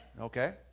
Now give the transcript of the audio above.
Okay